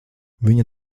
viņa